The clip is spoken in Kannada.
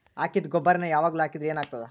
ಹಾಕಿದ್ದ ಗೊಬ್ಬರಾನೆ ಯಾವಾಗ್ಲೂ ಹಾಕಿದ್ರ ಏನ್ ಆಗ್ತದ?